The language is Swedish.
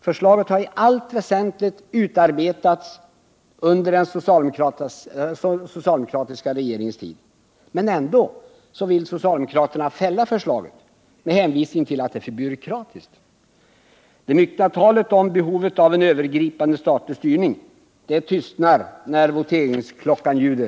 Förslaget har i allt väsentligt utarbetats under den socialdemokratiska regeringens tid, men ändå vill socialdemokraterna fälla förslaget med hänvisning till att det är för byråkratiskt. Det hänsynstagande till behovet av en övergripande statlig styrning som man talar så mycket om försvinner när voteringsklockan ljuder.